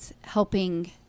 helping